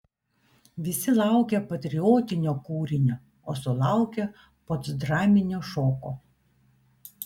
visi laukė patriotinio kūrinio o sulaukė postdraminio šoko